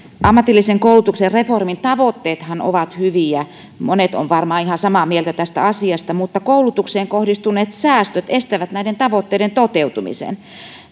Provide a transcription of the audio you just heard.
ammatillisen koulutuksen reformin tavoitteethan ovat hyviä monet ovat varmaan ihan samaa mieltä tästä asiasta mutta koulutukseen kohdistuneet säästöt estävät näiden tavoitteiden toteutumisen